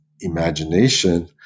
imagination